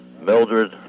Mildred